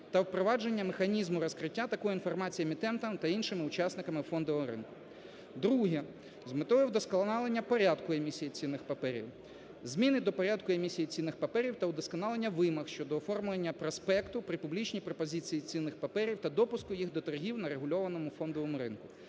та впровадження механізму розкриття такої інформації емітентам та іншими учасниками фондового ринку. Друге. З метою вдосконалення порядку емісії цінних паперів, зміни до порядку емісії цінних паперів та вдосконалення вимог щодо оформлення проспекту при публічній пропозиції цінних паперів та допуску їх до торгів на регульованому фондовому ринку,